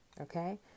Okay